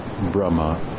Brahma